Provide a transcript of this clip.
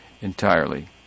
entirely